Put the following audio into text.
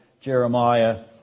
Jeremiah